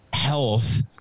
health